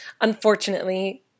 Unfortunately